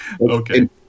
okay